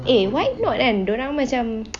eh why not kan dia orang macam